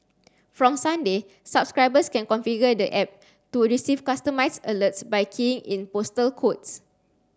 from Sunday subscribers can configure the app to receive customised alerts by keying in postal codes